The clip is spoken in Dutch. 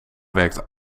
werkt